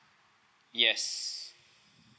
yes